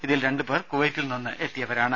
ഇതിൽ രണ്ടു പേർ കുവൈത്തിൽ നിന്നും എത്തിയവരാണ്